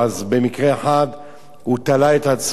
במקרה אחד הוא תלה את עצמו,